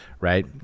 right